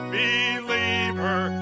believer